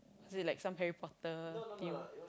is it like some Harry-Potter theme